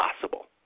possible